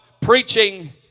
preaching